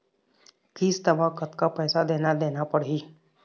किस्त म कतका पैसा देना देना पड़ही?